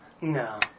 No